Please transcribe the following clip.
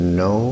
no